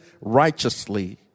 righteously